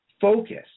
focus